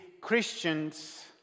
Christians